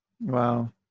Wow